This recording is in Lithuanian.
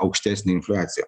aukštesnę infliaciją